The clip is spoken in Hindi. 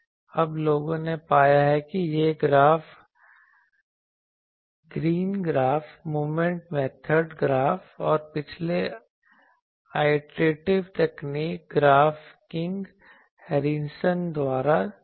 अब लोगों ने पाया है कि यह green graph moment method graph और पिछले आईट्रेटिव तकनीक ग्राफ किंग हैरिसन आदि द्वारा थे